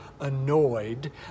annoyed